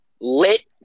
lit